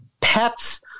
pets